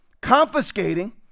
confiscating